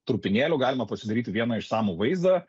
trupinėlių galima pasidaryti vieną išsamų vaizdą